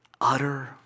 Utter